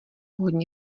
hodně